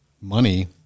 money